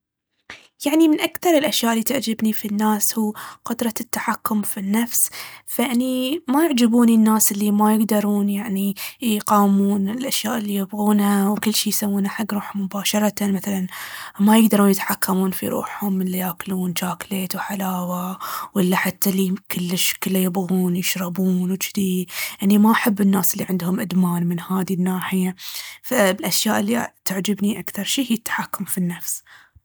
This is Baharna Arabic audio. يعني من أكثر الأشياء اللي تعجبني في الناس هو قدرة التحكم في النفس. فأني ما يعجبوني الناس اللي ما يقدرون يعني يقاومون الأشياء اللي يبغونها، وكل شي يسوونه حق روحهم مباشرةً. مثلاً ما يقدرون يتحكمون في روحهم، إله ياكلون جاكليت وحلاوة، اللي حتى كلش كله يبغون يشربون وجذي. أني ما أحب الناس اللي عندهم إدمان من هاذي الناحية. فالأشياء اللي تعجبني أكثر شي هي التحكم في النفس.